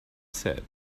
said